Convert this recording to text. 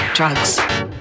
Drugs